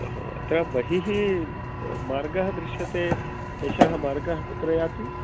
अहो अत्र बहिः मार्गः दृश्यते एषः मार्गः कुत्र याति